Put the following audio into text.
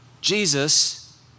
Jesus